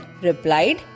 replied